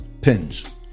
pins